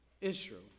Israel